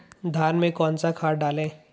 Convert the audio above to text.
धान में कौन सा खाद डालें?